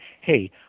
Hey